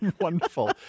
Wonderful